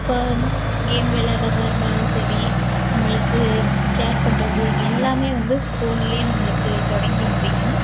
இப்போது கேம் விளையாடுகிறதா இருந்தாலும் சரி நம்மளுக்கு சேட் பண்ணுறது எல்லாமே வந்து ஃபோனிலே நம்மளுக்கு தொடங்கி முடியும்